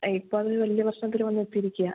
ഇപ്പം അതൊരു വലിയ പ്രശ്നത്തിൽ വന്ന് എത്തിയിരിക്കാണ്